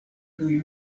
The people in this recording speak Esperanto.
kiuj